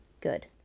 Good